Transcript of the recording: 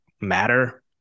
matter